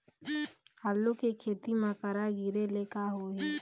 आलू के खेती म करा गिरेले का होही?